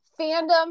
fandom